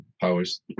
powers